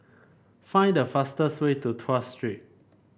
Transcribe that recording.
find the fastest way to Tuas Street